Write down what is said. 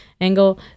angle